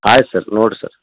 ಆಯ್ತು ಸರ್ ನೋಡ್ರಿ ಸರ್